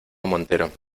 montero